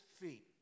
feet